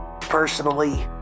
Personally